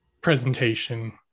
presentation